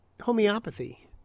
Homeopathy